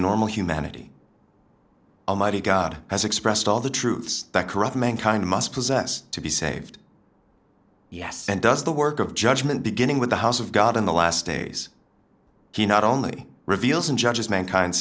normal humanity almighty god has expressed all the truths that corrupt mankind must possess to be saved yes and does the work of judgment beginning with the house of god in the last days he not only reveals in judges mankind